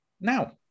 Now